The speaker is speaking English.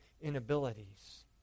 inabilities